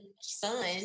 son